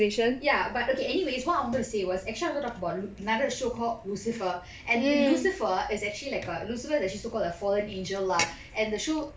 ya but okay anyways what I wanted to say was actually I'm going to talk about another show called lucifer and in lucifer it's actually like lucifer is actually a so called a fallen angel lah and the show